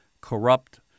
corrupt